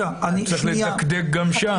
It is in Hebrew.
צריך לדקדק גם שם.